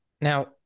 now